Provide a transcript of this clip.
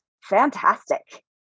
fantastic